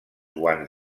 guants